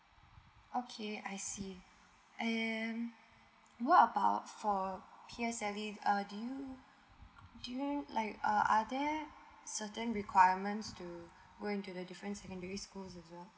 okay I see and what about for P_S_L_E uh do you do you like uh are there certain requirements to go into the different secondary schools